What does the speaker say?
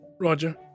Roger